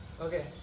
Okay